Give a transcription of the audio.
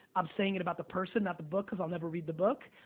i'm saying it about the person, not the book, cause i'll never read the book.